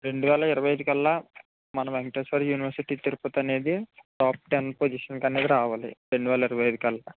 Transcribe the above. రెండు వేల ఇరవై ఐదు కల్లా మన వెంకటేశ్వర యూనివర్సిటీ తిరుపతి అనేది టాప్ టెన్ పొజిషన్ కు అనేది రావాలి రెండు వెల ఇరవై ఐదు కల్లా